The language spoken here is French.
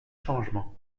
changement